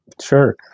Sure